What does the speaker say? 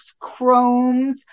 chromes